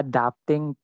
Adapting